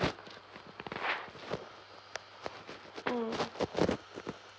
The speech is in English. mm